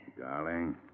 Darling